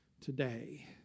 today